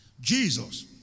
Jesus